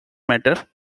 matter